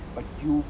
but you